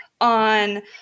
on